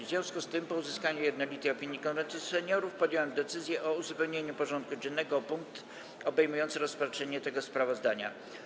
W związku z tym, po uzyskaniu jednolitej opinii Konwentu Seniorów, podjąłem decyzję o uzupełnieniu porządku dziennego o punkt obejmujący rozpatrzenie tego sprawozdania.